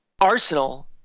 arsenal